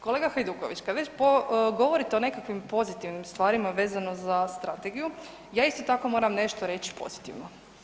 Kolega Hajduković, kad već govorite o nekakvim pozitivnim stvarima vezano za strategiju ja isto tako moram nešto reći pozitivno.